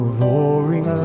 roaring